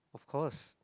of course